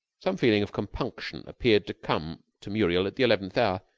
some feeling of compunction appeared to come to muriel at the eleventh hour.